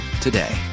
today